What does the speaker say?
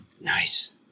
Nice